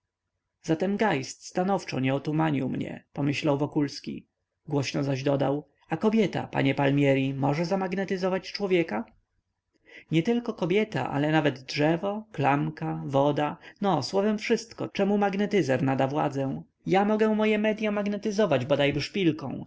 zatem geist stanowczo nie otumanił mnie pomyślał wokulski głośno zaś dodał a kobieta panie palmieri może zamagnetyzować człowieka nietylko kobieta ale nawet drzewo klamka woda no słowem wszystko czemu magnetyzer nada władzę ja mogę moje medya magnetyzować bodajby szpilką